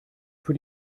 für